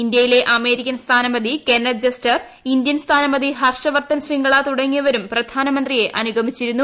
ഇന്ത്യയിലെ അമേരിക്കൻ സ്ഥാനപതി Kenneth Juster Indian സ്ഥാനപതി ഹർഷവർദ്ധൻ ശൃംഗള തുടങ്ങിയവരും പ്രധാനമന്ത്രിയെ അനുഗമിച്ചിരുന്നു